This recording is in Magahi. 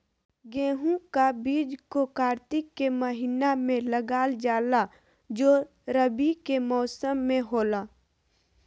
गेहूं का बीज को कार्तिक के महीना में लगा जाला जो रवि के मौसम में होला